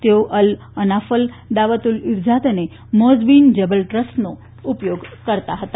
તેઓ અલ અનાફલ દાવત ઉલ ઈર્શાદ અને મૌઝ બીન જબલ ટ્રસ્ટનો ઉપયોગ કરતા હતા